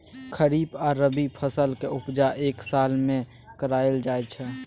खरीफ आ रबी फसलक उपजा एक साल मे कराएल जाइ छै